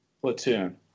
Platoon